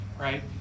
Right